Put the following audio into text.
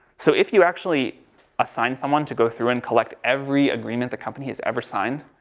so, if you actually assign someone to go through and collect every agreement the company has ever signed.